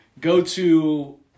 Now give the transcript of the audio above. go-to